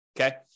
okay